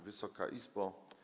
Wysoka Izbo!